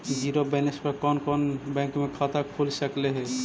Zero balance पर कोन कोन बैंक में खाता खुल सकले हे?